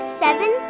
seven